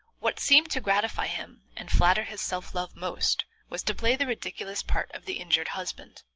what seemed to gratify him and flatter his self-love most was to play the ridiculous part of the injured husband,